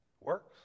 works